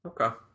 Okay